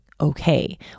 okay